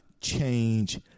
change